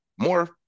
more